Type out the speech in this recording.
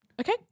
Okay